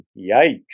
Yikes